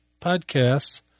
podcasts